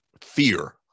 fear